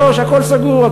ב-15:00 הכול סגור,